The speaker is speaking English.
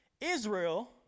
Israel